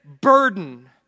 burden